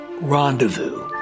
Rendezvous